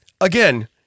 again